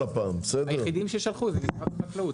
היחידים ששלחו זה משרד החקלאות.